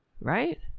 right